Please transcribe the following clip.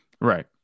right